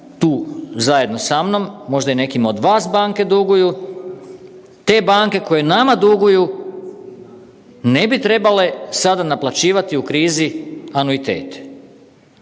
tu zajedno sa mnom, možda nekima od vas banke duguju, te banke koje nama duguju ne bi trebale sada naplaćivati u krizi anuitet.